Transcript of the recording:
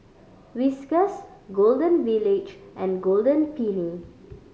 Whiskas Golden Village and Golden Peony